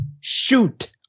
shoot